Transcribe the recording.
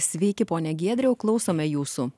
sveiki pone giedriau klausome jūsų